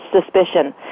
suspicion